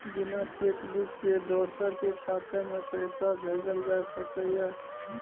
बिना cheque book के दोसर के खाता में पैसा भेजल जा सकै ये?